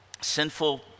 sinful